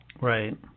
Right